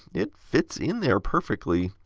it fits in there perfectly.